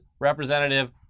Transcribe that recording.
Representative